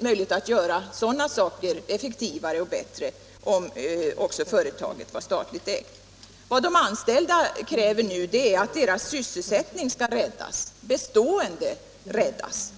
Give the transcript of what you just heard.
möjligt att göra också sådana insatser effektivare och bättre, om företaget var statligt ägt. Vad de anställda nu kräver är att deras sysselsättning skall räddas — bestående räddas.